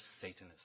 Satanism